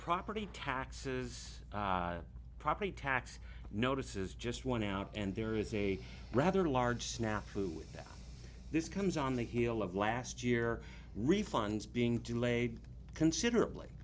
property taxes property tax notice is just one out and there is a rather large snafu that this comes on the heel of last year refunds being delayed considerably